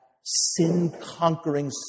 sin-conquering